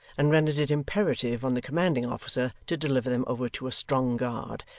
and rendered it imperative on the commanding officer to deliver them over to a strong guard,